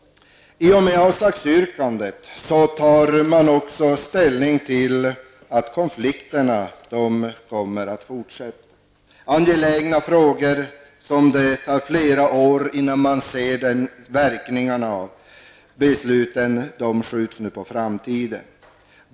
I och med avslagsyrkandet tar oppositionen ställning på ett sätt som innebär att konflikterna kommer att fortsätta. Det gäller angelägna frågor, och det tar flera år innan man ser verkningarna av åtgärderna. Besluten skjuts på framtiden.